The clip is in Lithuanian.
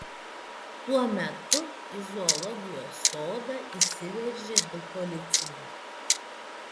tuo metu į zoologijos sodą įsiveržė du policininkai